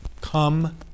Come